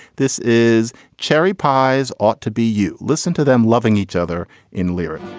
this is cherry pies ought to be you listen to them loving each other in lyric